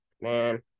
Man